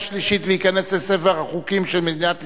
שלישית ותיכנס לספר החוקים של מדינת ישראל,